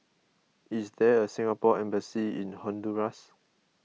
is there a Singapore Embassy in Honduras